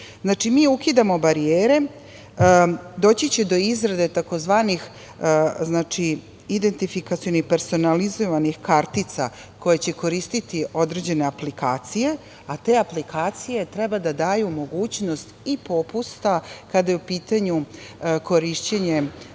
zažive. Znači, mi ukidamo barijere. Doći će do izrade tzv. identifikacionih personalizovanih kartica koje će koristiti određene aplikacije, a te aplikacije treba da daju mogućnost i popusta kada je u pitanju korišćenje